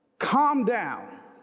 calm down